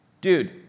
dude